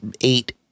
eight